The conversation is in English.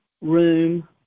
Room